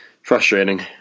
Frustrating